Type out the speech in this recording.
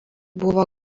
buvo